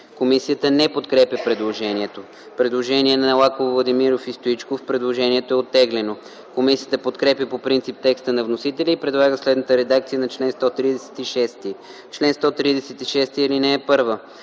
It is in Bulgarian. Комисията не подкрепя предложението. Има предложение на Лаков, Владимиров и Стоичков, което е оттеглено. Комисията подкрепя по принцип текста на вносителя и предлага следната редакция на чл. 136: „Чл. 136. (1) При